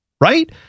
right